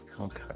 Okay